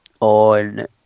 on